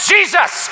Jesus